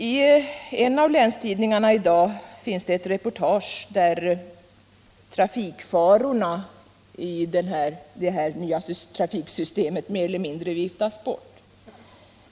I en av länstidningarna finns i dag ett reportage där trafikfarorna med det nya systemet mer eller mindre viftas bort.